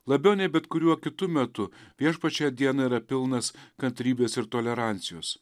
labiau nei bet kuriuo kitu metu viešpats šią dieną yra pilnas kantrybės ir tolerancijos